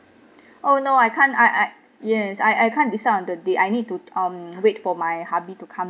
oh no I can't I I yes I I can't decide on the date I need to um wait for my hubby to come